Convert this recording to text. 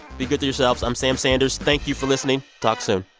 be good to yourselves. i'm sam sanders. thank you for listening. talk soon